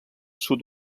sud